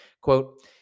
Quote